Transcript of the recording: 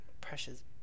Precious